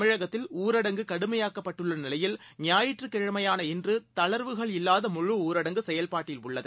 தமிழகத்தில்ஊரடங்குகடுமையாக்கப்பட்டுள்ளநிலையில்ஞாயிற்றுக்கிழமையாள இன்றுதளர்வுகள்இல்லாதமுழுஊரடங்குசெயல்பாட்டில்உள்ளது